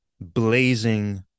blazing